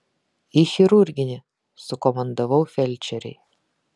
į chirurginį sukomandavau felčerei